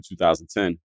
2010